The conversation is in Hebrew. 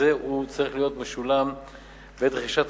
וככזה הוא צריך להיות משולם בעת רכישת